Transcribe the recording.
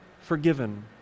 forgiven